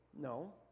No